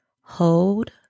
hold